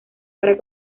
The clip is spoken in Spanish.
para